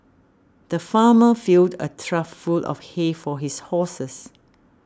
the farmer filled a trough full of hay for his horses